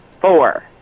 four